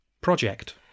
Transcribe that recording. Project